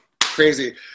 crazy